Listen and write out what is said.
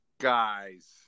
Guys